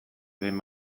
behin